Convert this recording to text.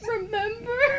Remember